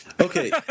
Okay